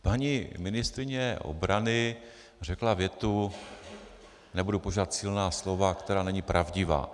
Paní ministryně obrany řekla větu nebudu používat silná slova která není pravdivá.